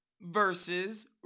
versus